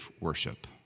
worship